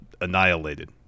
Annihilated